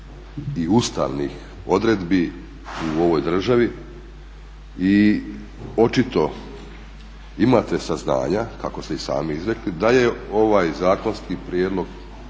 i ustavnih odredbi u ovoj državi i očito imate saznanja kako ste i sami izrekli, da ovaj zakonski prijedlog